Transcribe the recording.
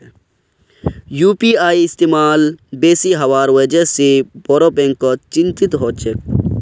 UPI इस्तमाल बेसी हबार वजह से बोरो बैंक चिंतित छोक